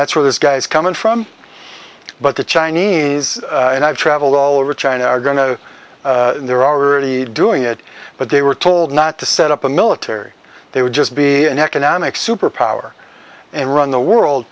that's where this guy is coming from but the chinese and i've traveled all over china are going to they're already doing it but they were told not to set up a military they would just be an economic superpower and run the world